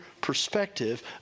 perspective